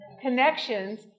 connections